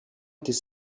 était